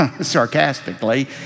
sarcastically